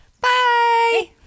Bye